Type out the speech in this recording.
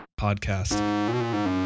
podcast